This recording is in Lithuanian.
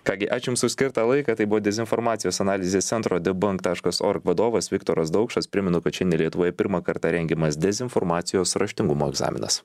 ką gi ačiū jums už skirtą laiką tai buvo dezinformacijos analizės centro debunk taškas org vadovas viktoras daukšas primenu kad šiandien lietuvoj pirmą kartą rengiamas dezinformacijos raštingumo egzaminas